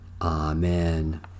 Amen